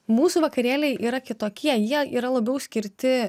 mūsų vakarėliai yra kitokie jie yra labiau skirti